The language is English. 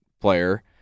player